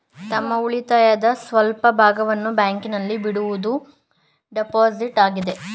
ತಮ್ಮ ಉಳಿತಾಯದ ಸ್ವಲ್ಪ ಭಾಗವನ್ನು ಬ್ಯಾಂಕಿನಲ್ಲಿ ಬಿಡುವುದೇ ಡೆಪೋಸಿಟ್ ಆಗಿದೆ